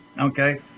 okay